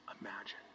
imagine